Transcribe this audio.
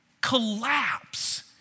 collapse